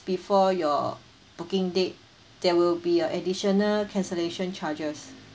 before your booking date there will be a additional cancellation charges